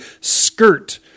skirt